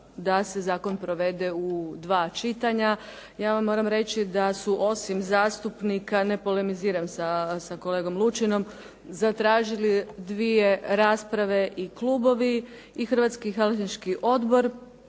da se zakon provede u dva čitanja. Ja vam moram reći da su osim zastupnika, ne polemiziram sa kolegom Lučinom, zatražili dvije rasprave i klubovi i Hrvatski helsinški odbor